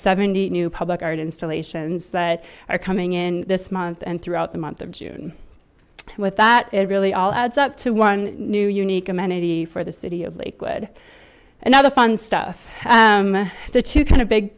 seventy new public art installations that are coming in this month and throughout the month of june with that it really all adds up to one new unique amenity for the city of lakewood and other fun stuff the two kind of big